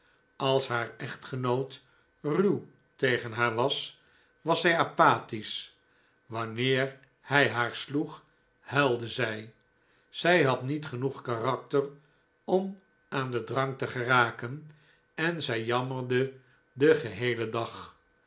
als haar echtgenoot ruw tegen haar was was zij apathisch wanneer hij haar sloeg huilde zij zij had niet genoeg karakter om aan den drank te geraken en zij jammerde den geheelen dag